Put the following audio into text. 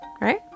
right